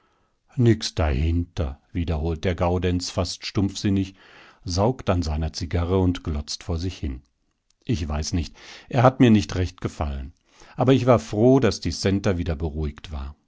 nix dahinter wiederholt der gaudenz fast stumpfsinnig saugt an seiner zigarre und glotzt vor sich hin ich weiß nicht er hat mir nicht recht gefallen aber ich war froh daß die centa wieder beruhigt war